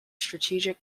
strategic